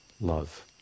love